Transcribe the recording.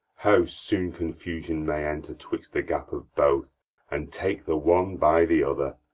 how soon confusion may enter twixt the gap of both and take the one by the other.